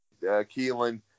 Keelan